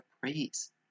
praise